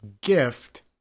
gift